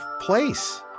place